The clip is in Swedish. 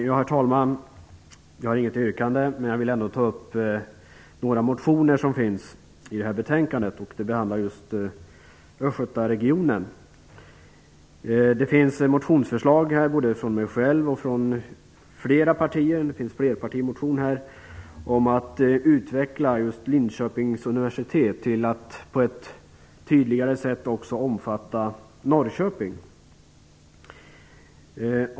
Herr talman! Jag har inget yrkande. Men jag vill ändå ta upp några motioner som behandlas i betänkandet. De behandlar just östgötaregionen. Det finns motionsförslag från mig själv, från flera partier och i form av flerpartimotioner, om att utveckla just Linköpings universitet till att på ett tydligare sätt också omfatta Norrköping.